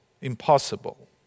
impossible